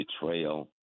betrayal